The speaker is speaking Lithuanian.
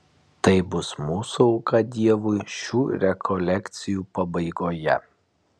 tai bus mūsų auka dievui šių rekolekcijų pabaigoje